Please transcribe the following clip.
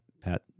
Pat